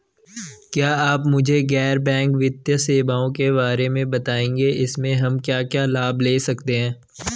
क्या आप मुझे गैर बैंक वित्तीय सेवाओं के बारे में बताएँगे इसमें हम क्या क्या लाभ ले सकते हैं?